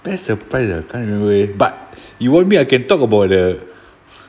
best surprise ah can't remember eh but you want me I can talk about the